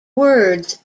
words